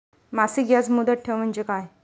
मासिक याज मुदत ठेव म्हणजे काय?